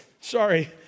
Sorry